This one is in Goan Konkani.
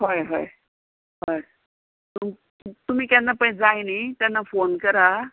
हय हय हय तूम तुमी केन्ना पय जाय न्ही तेन्ना फोन करा